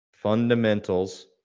fundamentals